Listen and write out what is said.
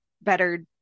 better